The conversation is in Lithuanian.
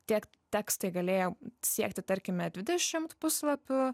tiek tekstai galėjo siekti tarkime dvidešimt puslapių